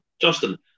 Justin